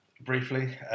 briefly